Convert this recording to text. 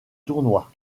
tournoi